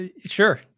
sure